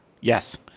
Yes